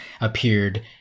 appeared